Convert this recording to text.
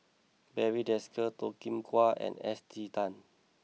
Barry Desker Toh Kim Hwa and Esther Tan